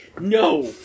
No